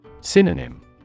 Synonym